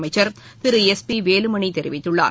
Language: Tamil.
அமைச்சர் திரு எஸ் பி வேலுமணி தெரிவித்துள்ளார்